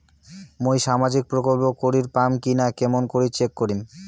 মুই সামাজিক প্রকল্প করির পাম কিনা কেমন করি চেক করিম?